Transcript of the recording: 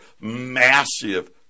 massive